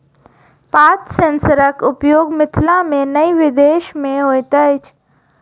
पात सेंसरक उपयोग मिथिला मे नै विदेश मे होइत अछि